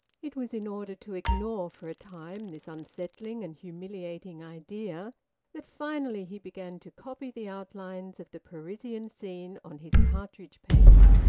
it was in order to ignore for a time this unsettling and humiliating idea that, finally, he began to copy the outlines of the parisian scene on his cartridge-paper.